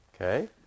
Okay